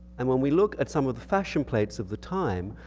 and when we look at some of the fashion plates of the time,